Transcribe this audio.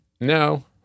No